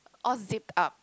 all zipped up